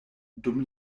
dum